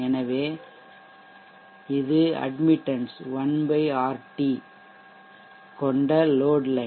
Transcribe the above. எனவே இது admittance 1 RT 1Rt கொண்ட லோட் லைன்